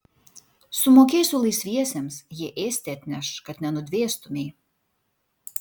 sumokėsi laisviesiems jie ėsti atneš kad nenudvėstumei